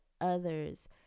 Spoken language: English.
others